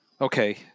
Okay